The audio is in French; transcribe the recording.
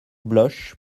bloche